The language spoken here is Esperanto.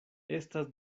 estas